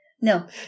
No